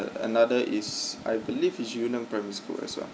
another is I believe is you know primary school as well